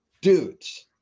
dudes